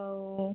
ହଉ